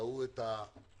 ראו את הצורה